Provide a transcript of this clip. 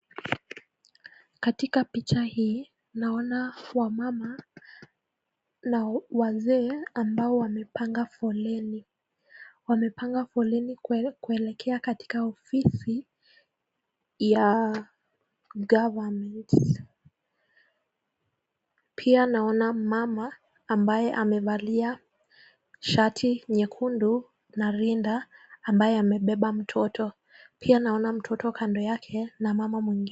Katika picha hii naona wamama na wazee ambao wamepanga foleni. Wamepanga foleni kuelekea katika ofisi ya government . Pia naona mama ambaye amevalia shati nyekundu na rinda ambaye amebeba mtoto. Pia naona mtoto kando yake na mama mwingine.